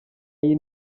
y’iyi